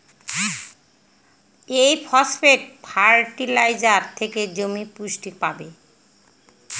এই phosphate fertiliser থেকে জমি পুষ্টি পাবে